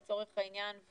לצורך העניין,